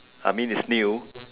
I mean it's new